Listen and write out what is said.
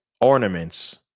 ornaments